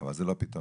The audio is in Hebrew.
אבל זה לא פתרון.